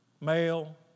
male